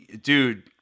Dude